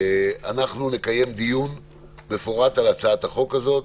אנחנו נקיים דיון מפורט בהצעת החוק הזאת.